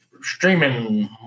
streaming